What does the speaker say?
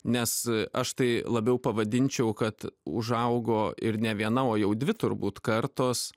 nes aš tai labiau pavadinčiau kad užaugo ir ne viena o jau dvi turbūt kartos